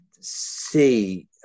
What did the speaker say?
see